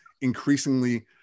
increasingly